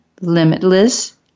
limitless